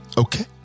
Okay